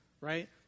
right